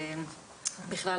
בכלל,